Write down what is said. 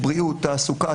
ריבוי עבירות וסוגי עבירות,